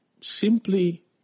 simply